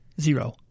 zero